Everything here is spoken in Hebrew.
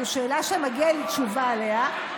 זו שאלה שמגיעה לי תשובה עליה,